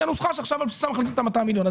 הנוסחה שעכשיו על בסיסה מחלקים את ה-200 מיליון שקל.